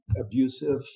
abusive